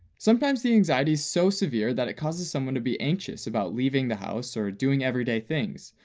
sometimes the anxiety's so severe that it causes someone to be anxious about leaving the house or doing everyday things,